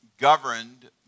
governed